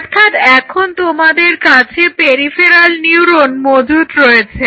অর্থাৎ এখন তোমাদের কাছে পেরিফেরাল নিউরোন মজুদ রয়েছে